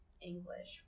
English